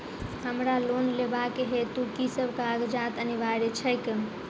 हमरा लोन लेबाक हेतु की सब कागजात अनिवार्य छैक?